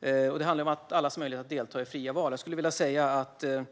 Det är viktigt med allas möjlighet att delta i fria val.